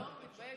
אתה לא מתבייש,